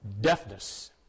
deafness